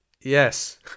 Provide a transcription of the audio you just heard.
Yes